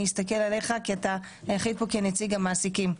אני אסתכל עליך כי אתה היחיד פה כנציג המעסיקים.